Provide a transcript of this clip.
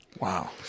Wow